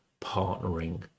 partnering